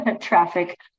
traffic